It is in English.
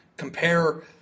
compare